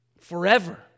Forever